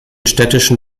städtischen